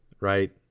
right